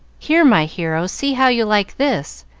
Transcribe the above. here, my hero, see how you like this.